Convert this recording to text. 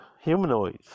humanoids